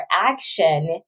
action